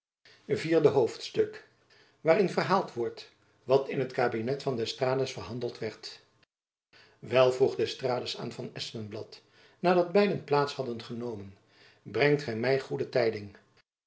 vierde hoofdstuk waarin verhaald wordt wat in het kabinet van d'estrades verhandeld werd wel vroeg d'estrades aan van espenblad nadat beiden plaats hadden genomen brengt gy my goede tijding